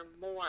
more